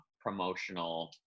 promotional